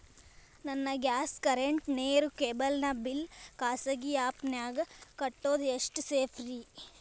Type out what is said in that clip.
ನನ್ನ gas current, ನೇರು, cable ನ ಬಿಲ್ ಖಾಸಗಿ ಆ್ಯಪ್ ನ್ಯಾಗ್ ಕಟ್ಟೋದು ಎಷ್ಟು ಸೇಫ್ರಿ?